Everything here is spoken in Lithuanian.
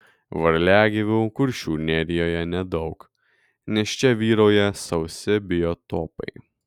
varliagyvių kuršių nerijoje nedaug nes čia vyrauja sausi biotopai